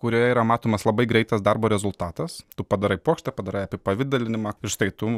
kurioje yra matomas labai greitas darbo rezultatas tu padarai puokštę padarai apipavidalinimą ir štai tu